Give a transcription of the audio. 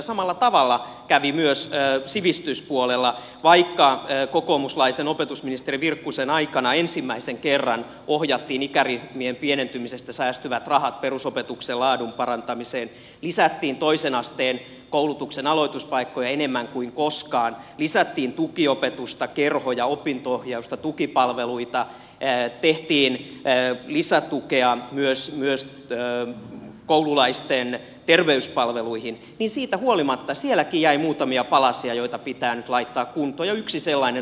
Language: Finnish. samalla tavalla kävi myös sivistyspuolella vaikka kokoomuslaisen opetusministeri virkkusen aikana ensimmäisen kerran ohjattiin ikäryhmien pienentymisestä säästyvät rahat perusopetuksen laadun parantamiseen lisättiin toisen asteen koulutuksen aloituspaikkoja enemmän kuin koskaan lisättiin tukiopetusta kerhoja opinto ohjausta tukipalveluita tehtiin lisätukea myös koululaisten terveyspalveluihin siitä huolimatta sielläkin jäi muutamia palasia joita pitää nyt laittaa kuntoon ja yksi sellainen on lukiokoulutus